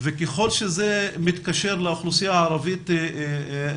וככל שזה מתקשר לאוכלוסייה הערבית-הבדואית,